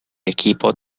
equipo